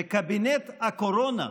בקבינט הקורונה,